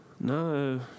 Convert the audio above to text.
No